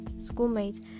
schoolmates